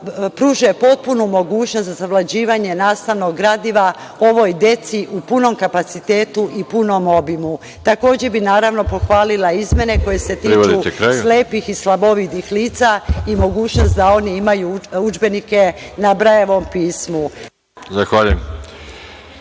pruži potpuna mogućnost za savlađivanje nastavnog gradiva ovoj deci u punom kapacitetu i punom obimu. Takođe bih naravno pohvalila izmene koje se tiču slepih i slabovidih lica i mogućnost da oni imaju udžbenike na brajevom